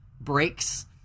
breaks